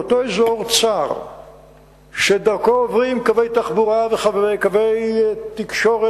באותו אזור צר שדרכו עוברים קווי תחבורה וקווי תקשורת